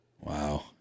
Wow